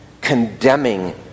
condemning